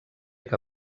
que